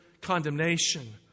condemnation